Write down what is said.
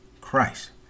Christ